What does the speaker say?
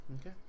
Okay